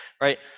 right